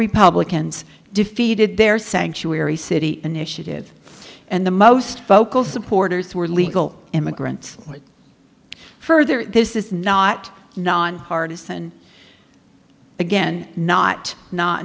republicans defeated their sanctuary city initiative and the most vocal supporters were legal immigrants further this is not nonpartisan again not not